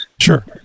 sure